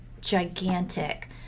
gigantic